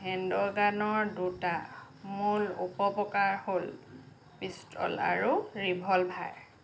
hand গানৰ দুটা মূল উপ প্ৰকাৰ হ'ল পিষ্টল আৰু ৰিভ'লভাৰ